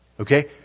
okay